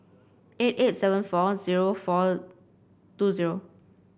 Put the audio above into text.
eight eight seven four zero four two zero